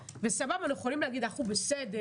סבבה אנחנו יכולים להגיד שאנחנו בסדר,